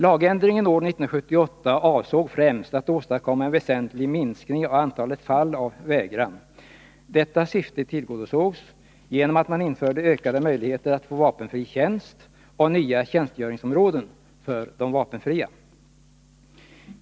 Lagändringen år 1978 avsåg främst att åstadkomma en väsentlig minskning av antalet fall av vägran. Detta syfte tillgodosågs genom att man införde ökade möjligheter att få vapenfri tjänst och nya tjänstgöringsområden för de vapenfria.